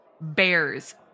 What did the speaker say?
bears